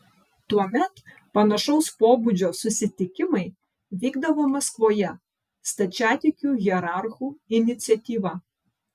tuomet panašaus pobūdžio susitikimai vykdavo maskvoje stačiatikių hierarchų iniciatyva